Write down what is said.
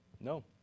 No